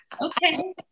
Okay